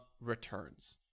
returns